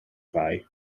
fai